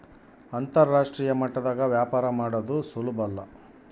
ಅಂತರಾಷ್ಟ್ರೀಯ ಮಟ್ಟದಾಗ ವ್ಯಾಪಾರ ಮಾಡದು ಸುಲುಬಲ್ಲ